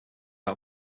art